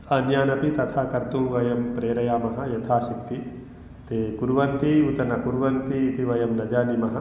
अन्यानपि तथा कर्तुं वयं प्रेरयामः यथा शक्ति ते कुर्वन्ति उत न कुर्वन्ति इति वयं न जानीमः